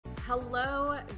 Hello